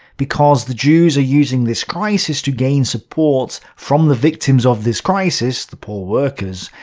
because the jews are using this crisis to gain support from the victims of this crisis the poor workers.